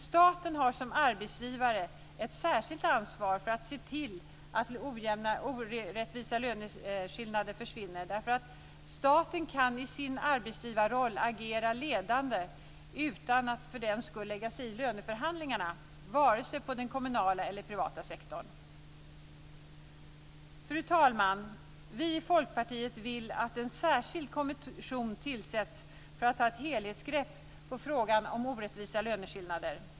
Staten har som arbetsgivare ett särskilt ansvar för att se till att orättvisa löneskillnader försvinner. Staten kan ju i sin arbetsgivarroll agera ledande utan att för den skull lägga sig i löneförhandlingarna vare sig i den kommunala eller den privata sektorn. Fru talman! Vi i Folkpartiet vill att en särskild kommission tillsätts för att ta ett helhetsgrepp på frågan om orättvisa löneskillnader.